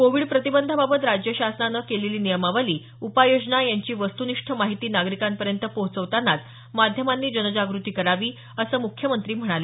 Covid प्रतिबंधाबाबत राज्य शासनानं केलेली नियमावली उपाययोजना यांची वस्तुनिष्ठ माहिती नागरिकांपर्यंत पोहोचवतानाच माध्यमांनी जनजागृती करावी असं मुख्यमंत्री म्हणाले